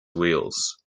wheels